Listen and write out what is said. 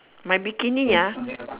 my bikini ah